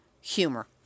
humor